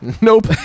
Nope